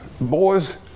boys